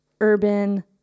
Urban